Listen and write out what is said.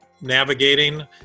navigating